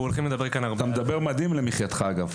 אגב אתה מדבר מדהים למחייתך.